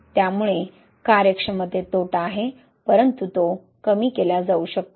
त्यामुळे कार्यक्षमतेत तोटा आहे परंतु कमी केला जाऊ शकतो